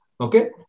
Okay